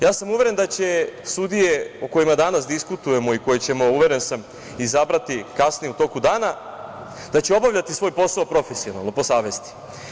Ja sam uveren da će sudije o kojima danas diskutujemo i koje ćemo uveren sam, izabrati kasnije u toku dana, da će obavljati svoj posao profesionalno po savesti.